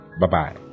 Bye-bye